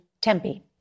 Tempe